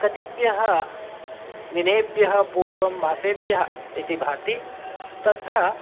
कतिभ्यः दिनेभ्यः पूर्वं मासेभ्यः इति भाति तत्र